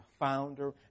founder